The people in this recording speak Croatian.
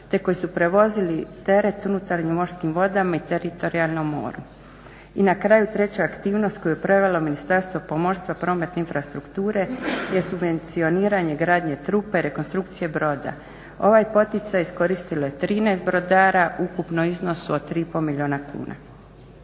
te koji su prevozili teret unutarnjim morskim vodama i teritorijalnom moru. I na kraju treća aktivnost koju je provelo Ministarstvo pomorstva, prometa i infrastrukture je subvencioniranje gradnje trupe rekonstrukcije broda. Ovaj poticaj iskoristilo je 13 brodara u ukupnom iznosu od 3 i pol milijuna kuna.